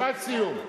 משפט סיום.